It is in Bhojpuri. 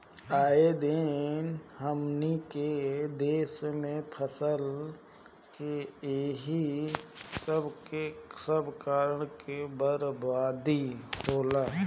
आए दिन हमनी के देस में फसल के एही सब कारण से बरबादी होला